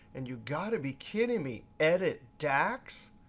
and you've got to be kidding me. edit dax?